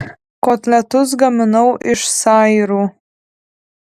kotletus gaminau iš sairų